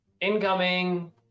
incoming